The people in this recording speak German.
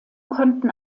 konnten